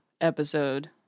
episode